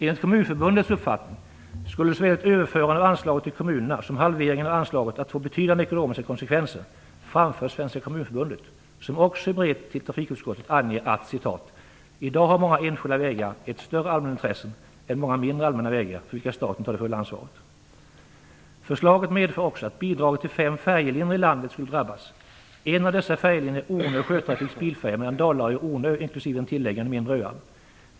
"Enligt Kommunförbundets uppfattning skulle såväl ett överförande av anslaget till kommunerna som halveringen av anslaget att få betydande ekonomiska konsekvenser" framför Svenska Kommunförbundet, som också i brev till trafikutskottet anger att: "Idag har många enskilda vägar ett större allmänintresse än många mindre allmänna vägar, för vilka staten tar det fulla ansvaret." "Förslaget medför också att bidraget till fem färjelinjer i landet skulle drabbas. En av dessa färjelinjer är Ornö Sjötrafiks bilfärja mellan Dalarö och Ornö inkl. intilliggande mindre öar."